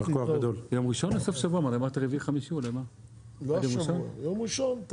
ניתן להם עד יום ראשון.